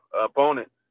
opponent